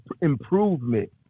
improvement